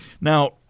Now